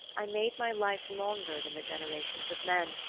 i made my life longer than the generations of men,